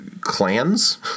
clans